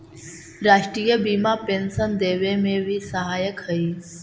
राष्ट्रीय बीमा पेंशन देवे में भी सहायक हई